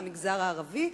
מהמגזר הערבי,